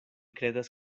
kredas